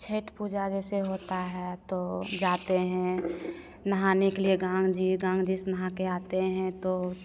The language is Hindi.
छेठ पूजा जैसे होता है तो जाते हैं नहाने के लिए गंगा जी गंगा जी से नहा कर आते हैं तो